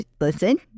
Listen